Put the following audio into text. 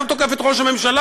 גם תוקף את ראש הממשלה,